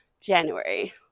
January